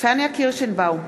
פניה קירשנבאום,